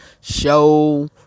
show